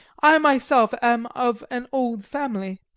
i myself am of an old family,